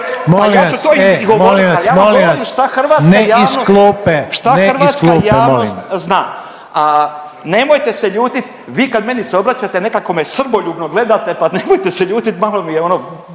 klupe, ne iz klupe molim./… **Mlinarić, Stipo (DP)** … šta hrvatska javnost zna. A nemojte se ljutiti vi kad meni se obraćate nekako me srboljutno gledate pa nemojte se ljutiti malo mi je ono,